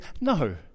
No